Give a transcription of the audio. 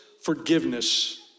forgiveness